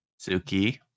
Suki